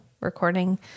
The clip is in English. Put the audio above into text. recording